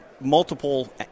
multiple